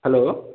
hello